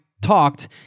talked